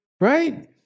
right